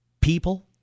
people